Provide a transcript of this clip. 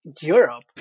Europe